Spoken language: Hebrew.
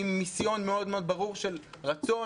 עם מיסיון ברור מאוד של רצון,